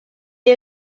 est